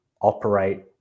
operate